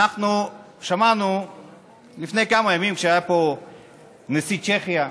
אנחנו שמענו לפני כמה ימים, כשהיה פה נשיא צ'כיה,